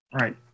right